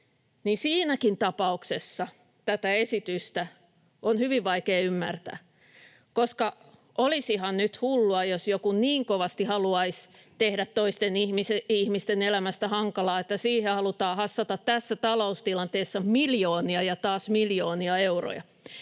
siinäkin tapauksessa tätä esitystä on hyvin vaikea ymmärtää, koska olisihan nyt hullua, jos joku niin kovasti haluaisi tehdä toisten ihmisten elämästä hankalaa, että siihen halutaan hassata tässä taloustilanteessa miljoonia ja taas miljoonia euroja.